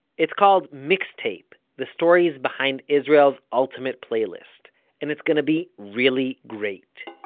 it's called mixtape the stories behind israel's ultimate playlist and it's going to be really great.